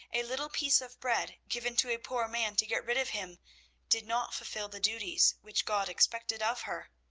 a little piece of bread given to a poor man to get rid of him did not fulfil the duties which god expected of her,